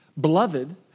beloved